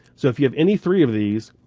so if you have any three of these,